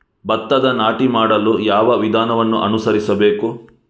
ಭತ್ತದ ನಾಟಿ ಮಾಡಲು ಯಾವ ವಿಧಾನವನ್ನು ಅನುಸರಿಸಬೇಕು?